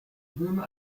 böhme